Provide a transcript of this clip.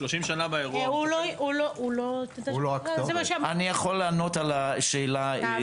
אני יכול לענות על השאלה.